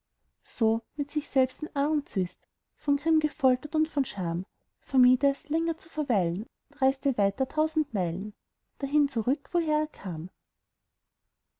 so mit sich selbst in argem zwist von grimm gefoltert und von scham vermied er's länger zu verweilen und reiste wieder tausend meilen dahin zurück woher er kam